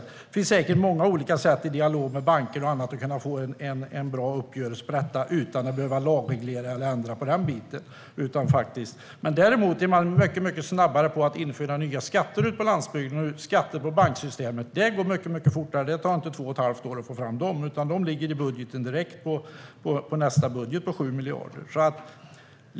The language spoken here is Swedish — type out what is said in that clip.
Det finns säkert många olika sätt, som dialog med banker och annat, för att kunna få en bra uppgörelse om detta utan att behöva lagreglera eller ändra i lagen. Däremot är man mycket snabbare på att införa nya skatter ute på landsbygden och skatter på banksystemet. Det går mycket fortare. Det tar inte två och ett halvt år att få fram dem, utan de ligger direkt i nästa budget med 7 miljarder.